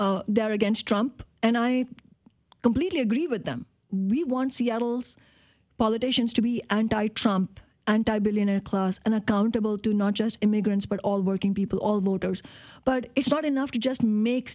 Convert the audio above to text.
they're against trump and i completely agree with them we want seattle's politicians to be anti trump and i billionaire class and accountable to not just immigrants but all working people all voters but it's not enough to just make